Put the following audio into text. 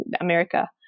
America